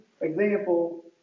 example